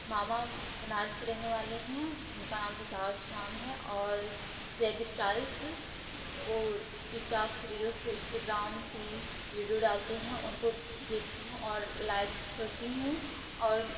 मामा बनारस के रहने वाले हैं उनका नाम विकास नाम है और सेग स्टाइल्स ओ टिकटोक रील्स इंस्टाग्राम पे वीडियो डालते हैं उनको देखती हूँ और लाइक्स करती हूँ और